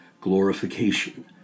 glorification